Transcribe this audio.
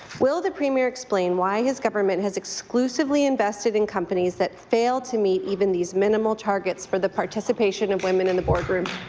will the premier explain why his government has exclusively invested in companies that fail to meet even these minutial targets for the participation of women in the boardroom?